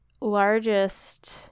largest